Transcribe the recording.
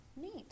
Neat